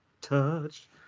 Touch